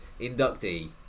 inductee